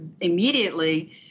immediately